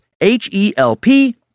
H-E-L-P